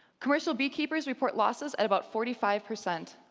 commercial bee keepers reported losses at about forty five percent.